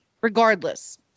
regardless